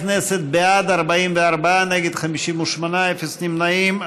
חברי הכנסת, בעד, 44, נגד, 58, אפס נמנעים.